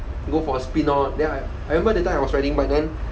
go for a spin lor then I I remember that time I was riding but then